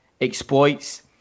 exploits